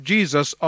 Jesus